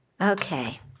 Okay